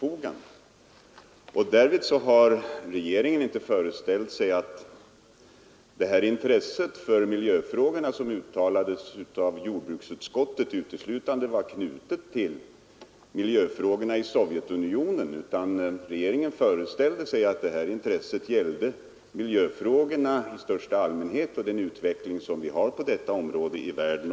Och då uppfattade inte regeringen saken så att det intresse för miljöfrågorna som hade uttalats i jordbruksutskottet enbart var knutet till miljöfrågorna i Sovjetunionen, utan regeringen föreställde sig att det intresset gällde miljöfrågorna i största allmänhet och utvecklingen på miljövårdens område överallt i världen.